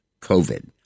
COVID